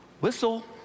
whistle